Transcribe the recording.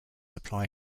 apply